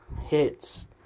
hits